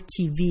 TV